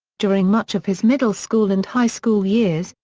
during much of his middle school and high school years,